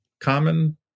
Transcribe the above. common